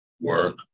Work